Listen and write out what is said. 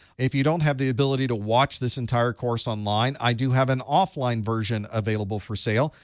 if you don't have the ability to watch this entire course online, i do have an offline version available for sale.